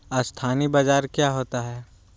अस्थानी बाजार क्या होता है?